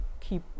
keep